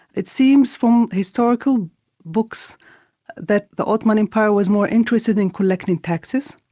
it seems from historical books that the ottoman empire was more interested in collecting taxes,